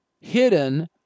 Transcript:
hidden